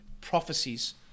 prophecies